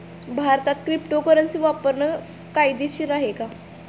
भारतात क्रिप्टोकरन्सी वापरणे कायदेशीर आहे का?